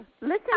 Listen